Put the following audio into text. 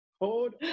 hold